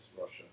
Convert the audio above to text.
Russia